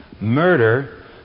murder